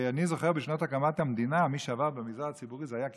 אני זוכר שבשנות הקמת המדינה מי שעבד במגזר הציבורי זה היה כשליחות,